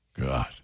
God